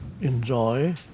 enjoy